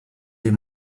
des